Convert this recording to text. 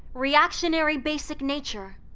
reactionary basic nature.